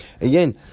again